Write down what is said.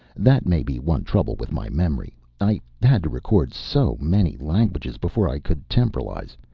that may be one trouble with my memory. i had to record so many languages before i could temporalize.